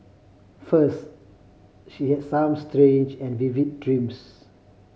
first she had some strange and vivid dreams